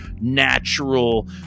natural